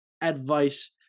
advice